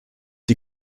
die